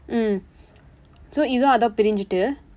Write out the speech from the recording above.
mm so இது அதும் பிரிந்துட்டு:ithu athum pirindthutdu